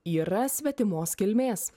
yra svetimos kilmės